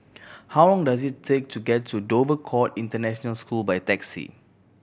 how long does it take to get to Dover Court International School by taxi